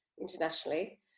internationally